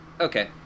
Okay